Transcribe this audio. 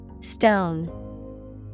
Stone